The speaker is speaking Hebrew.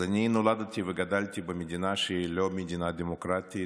אז אני נולדתי וגדלתי במדינה שהיא לא מדינה דמוקרטית,